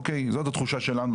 זו התחושה שלנו,